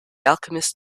alchemist